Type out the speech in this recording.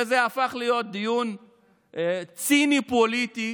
וזה הפך להיות דיון ציני ופוליטי